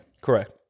Correct